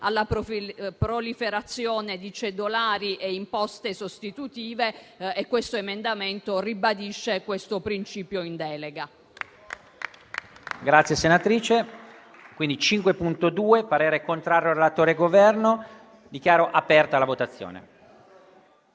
alla proliferazione di cedolari e imposte sostitutive e questo emendamento ribadisce questo principio in delega.